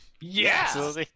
Yes